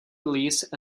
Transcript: release